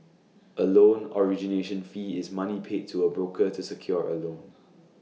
A loan origination fee is money paid to A broker to secure A loan